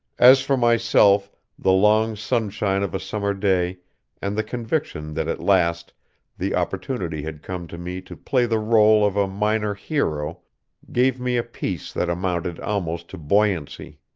as for myself the long sunshine of a summer day and the conviction that at last the opportunity had come to me to play the role of a minor hero gave me a peace that amounted almost to buoyancy.